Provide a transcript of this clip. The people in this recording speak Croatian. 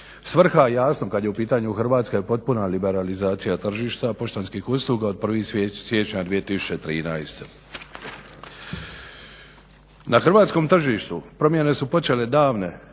Svrha jasno kad je u pitanju Hrvatska i potpuna liberalizacija tržišta poštanskih usluga od 1. siječnja 2013. Na hrvatskom tržištu promjene su počele davne